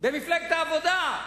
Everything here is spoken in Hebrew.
במפלגת העבודה,